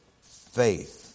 faith